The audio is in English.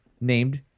named